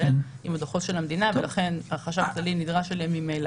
ישראל עם הדוחות של המדינה ולכן החשב הכללי ממילא נדרש להם.